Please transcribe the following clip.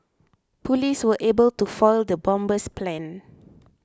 police were able to foil the bomber's plans